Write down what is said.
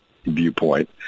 viewpoint